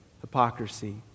hypocrisy